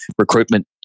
recruitment